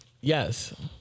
Yes